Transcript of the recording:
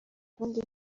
kandi